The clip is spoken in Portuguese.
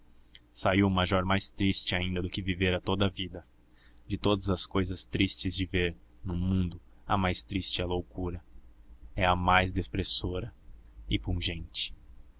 saiu o major mais triste ainda do que vivera toda a vida de todas as cousas tristes de ver no mundo a mais triste é a loucura é a mais depressora e pungente